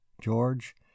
george